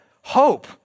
hope